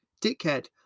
dickhead